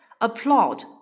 Applaud